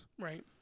Right